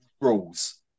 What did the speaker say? rules